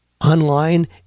Online